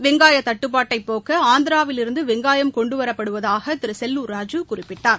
வெங்காய தட்டுப்பாட்டை போக்க ஆந்திராவிலிருந்து வெங்காயம் கொண்டு வரப்படுவதாக திரு செல்லூர் ராஜூ குறிப்பிட்டார்